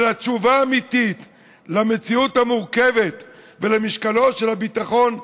אלא תשובה אמיתית למציאות המורכבת ולמשקלו של הביטחון,